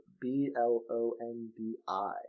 B-L-O-N-D-I